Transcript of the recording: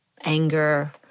Anger